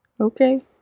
Okay